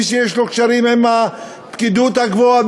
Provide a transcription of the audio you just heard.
מי שיש לו קשרים עם הפקידות הגבוהה,